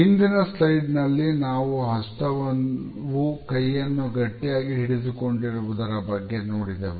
ಹಿಂದಿನ ಸ್ಲೈಡ್ ನಲ್ಲಿ ನಾವು ಹಸ್ತವೂ ಕೈಯನ್ನು ಗಟ್ಟಿಯಾಗಿ ಹಿಡಿದುಕೊಂಡರುವುದರ ಬಗ್ಗೆ ನೋಡಿದವು